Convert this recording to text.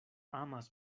amas